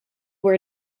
were